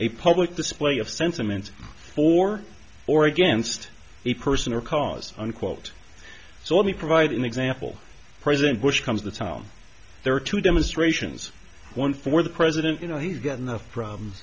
a public display of sentiment for or against a person or cause unquote so let me provide an example president bush comes to town there are two demonstrations one for the president you know he's got enough problems